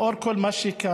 לאור כל מה שקרה.